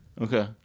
Okay